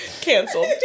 Canceled